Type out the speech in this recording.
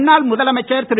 முன்னாள் முதலமைச்சர் திரு